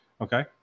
Okay